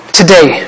today